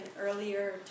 earlier